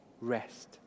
rest